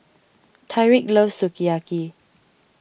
Tyreek loves Sukiyaki